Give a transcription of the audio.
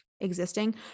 existing